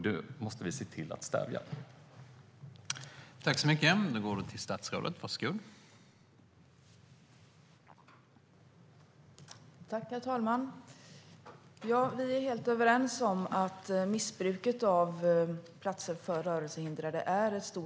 Vi måste se till att stävja missbruket.